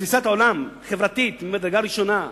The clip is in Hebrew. תפיסת עולם חברתית ממדרגה ראשונה.